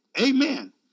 Amen